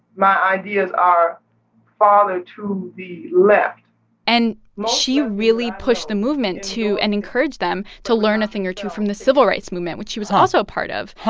my ideas are farther to the left and she really pushed the movement to and encouraged them to learn a thing or two from the civil rights movement, which she was also a part of.